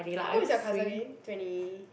how old is your cousin again twenty